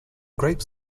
grape